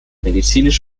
medizinisch